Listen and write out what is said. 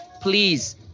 Please